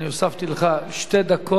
הוספתי לך שתי דקות.